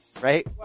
Right